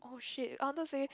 oh !shit! I wanted say